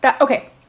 Okay